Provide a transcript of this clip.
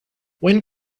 when